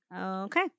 Okay